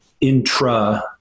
intra